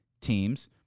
teams